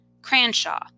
Cranshaw